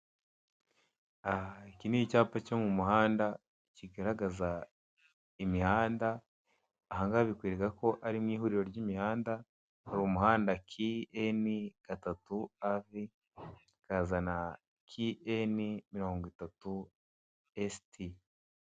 Iki n'icyapa cyo mu muhanda kigaragaza imihanda, ahangaha bikwereka ko ari mwihuriro ry'imihanda, hari umuhanda KN gatatu AV, hakaza na KN mirongo itatu ST.